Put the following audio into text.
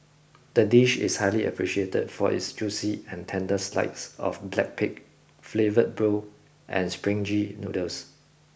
the dish is highly appreciated for its juicy and tender slides of black pig flavour and springy noodles